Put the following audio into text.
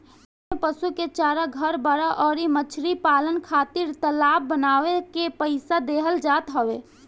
इमें पशु के चारा, घर, बाड़ा अउरी मछरी पालन खातिर तालाब बानवे के पईसा देहल जात हवे